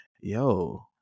yo